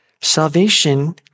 Salvation